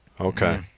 Okay